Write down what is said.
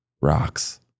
rocks